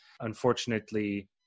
Unfortunately